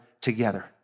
together